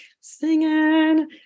singing